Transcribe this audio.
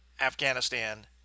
Afghanistan